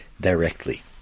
directly